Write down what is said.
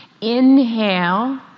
Inhale